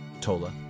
Tola